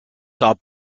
saw